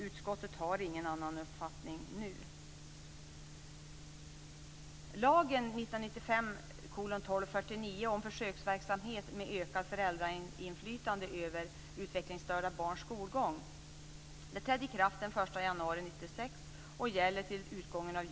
Utskottet har ingen annan uppfattning nu.